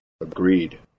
Agreed